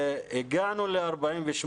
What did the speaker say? הגענו ל-48',